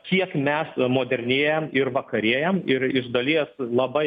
kiek mes modernėjam ir vakarėjam ir iš dalies labai